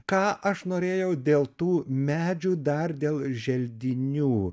ką aš norėjau dėl tų medžių dar dėl želdinių